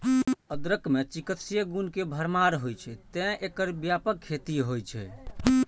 अदरक मे चिकित्सीय गुण के भरमार होइ छै, तें एकर व्यापक खेती होइ छै